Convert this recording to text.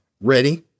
Ready